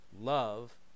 love